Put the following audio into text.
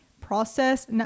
process